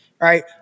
right